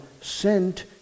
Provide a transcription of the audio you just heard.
sent